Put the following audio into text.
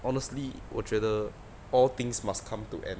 honestly 我觉得 all things must come to end